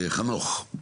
חנוך?